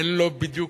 אין לו בדיוק,